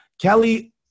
Kelly